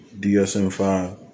DSM-5